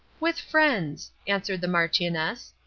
with friends! answered the marchioness.